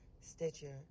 Stitcher